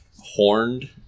horned